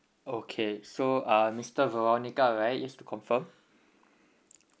okay so uh mister veronica right just to confirm